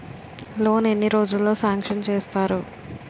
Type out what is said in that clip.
Loan ఎన్ని రోజుల్లో sanction చేస్తారు?